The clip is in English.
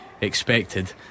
expected